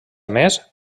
més